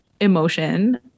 emotion